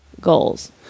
goals